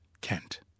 Kent